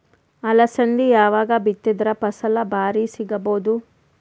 ಅಲಸಂದಿ ಯಾವಾಗ ಬಿತ್ತಿದರ ಫಸಲ ಭಾರಿ ಸಿಗಭೂದು?